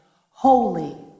Holy